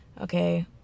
okay